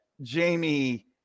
Jamie